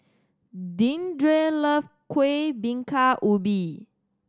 Deandre love Kueh Bingka Ubi